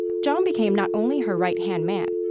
zhang became not only her right-hand man,